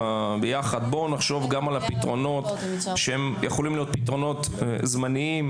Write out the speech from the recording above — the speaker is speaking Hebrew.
נחשוב פה ביחד על פתרונות שיכולים להיות זמניים,